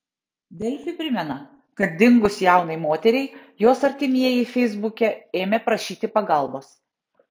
delfi primena kad dingus jaunai moteriai jos artimieji feisbuke ėmė prašyti pagalbos